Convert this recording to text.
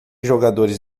jogadores